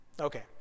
Okay